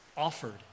offered